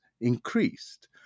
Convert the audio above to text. increased